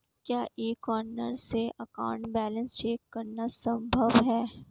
क्या E corner से account balance check करना संभव है?